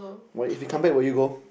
what if he come back will you go